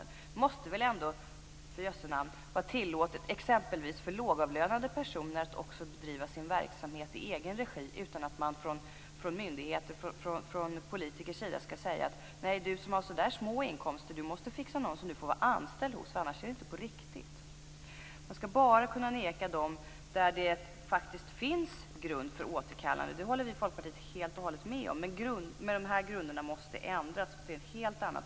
Det måste väl ändå för jösse namn vara tillåtet exempelvis för lågavlönade personer att bedriva sin verksamhet i egen regi utan att politiker säger att någon som har så små inkomster måste fixa anställning, för annars är det inte på riktigt. Man skall bara kunna neka i de fall där det faktiskt finns grund för återkallande. Det håller vi i Folkpartiet helt och hållet med om. Men grunderna måste ändras, och synen måste bli en helt annan.